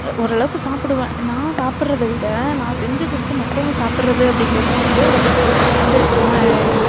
ஓரளவுக்கு சாப்பிடுவேன் நான் சாப்பிட்றத விட நான் செஞ்சு கொடுத்து மற்றவங்க சாப்பிட்றது அப்படிங்கிறது தான் வந்து ரொம்பப் புடிக் பிடிச்ச விஷயமா